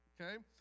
okay